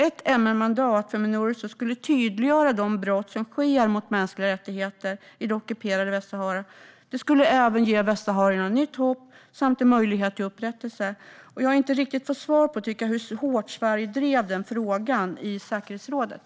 Ett MR-mandat för Minurso skulle tydliggöra de brott som sker mot mänskliga rättigheter i det ockuperade Västsahara. Det skulle även ge västsaharierna nytt hopp samt en möjlighet till upprättelse. Jag har inte riktigt fått svar på hur hårt Sverige drev den frågan i säkerhetsrådet.